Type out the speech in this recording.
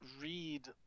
read